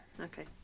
Okay